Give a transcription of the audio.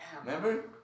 Remember